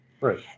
Right